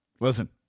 Listen